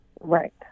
Right